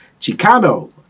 Chicano